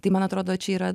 tai man atrodo čia yra